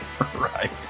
right